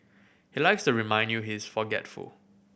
he likes to remind you he is forgetful